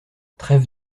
trêve